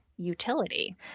Utility